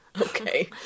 Okay